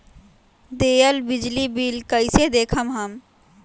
दियल बिजली बिल कइसे देखम हम?